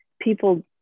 people